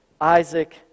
Isaac